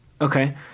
okay